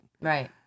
Right